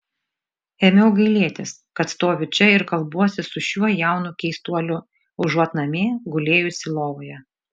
ėmiau gailėtis kad stoviu čia ir kalbuosi su šiuo jaunu keistuoliu užuot namie gulėjusi lovoje